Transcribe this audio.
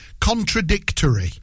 contradictory